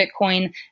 Bitcoin